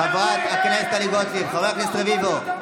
זאת מדינת אפרטהייד, חברי הכנסת, יום השואה.